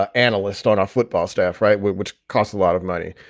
ah analyst on our football staff. right. which costs a lot of money.